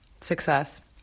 success